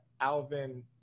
Alvin